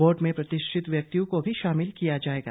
board में प्रतिष्ठित व्यक्तियों को भी शामिल किया जाएगा